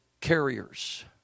carriers